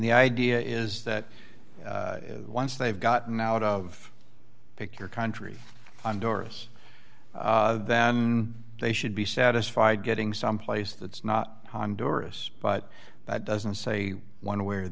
the idea is that once they've gotten out of pick your country on doris then they should be satisfied getting someplace that's not honduras but that doesn't say one way or